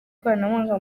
ikoranabuhanga